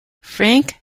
frank